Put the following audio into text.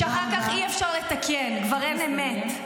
-- שאחר כך אי-אפשר לתקן, כבר אין אמת.